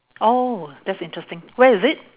oh that's interesting where is it